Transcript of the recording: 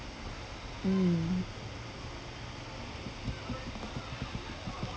mm